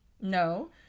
no